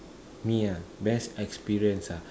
me ah best experience ah